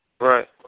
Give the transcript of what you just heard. Right